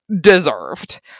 deserved